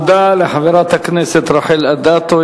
תודה לחברת הכנסת רחל אדטו.